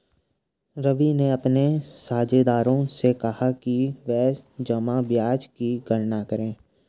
रवि ने अपने साझेदारों से कहा कि वे जमा ब्याज की गणना करें